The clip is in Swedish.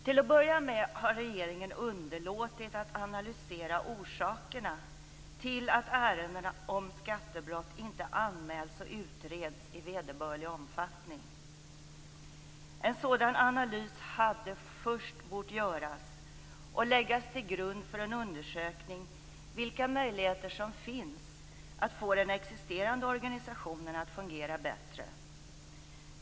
Till att börja med har regeringen underlåtit att analysera orsakerna till att ärenden om skattebrott inte anmäls och utreds i vederbörlig omfattning. En sådan analys hade först bort göras och läggas till grund för en undersökning om vilka möjligheter som finns att få den existerande organisationen att fungera bättre.